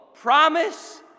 promise